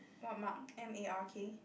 what mark M A R K